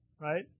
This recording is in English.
Right